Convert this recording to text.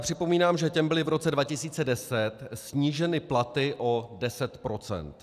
Připomínám, že těm byly v roce 2010 sníženy platy o 10 %.